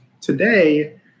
Today